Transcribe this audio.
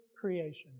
creation